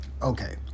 Okay